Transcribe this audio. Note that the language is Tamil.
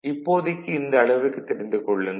இப்போதைக்கு இந்த அளவிற்கு தெரிந்து கொள்ளுங்கள்